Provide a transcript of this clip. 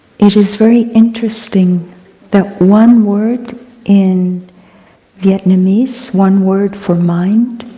it is very interesting that one word in vietnamese, one word for mind,